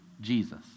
Jesus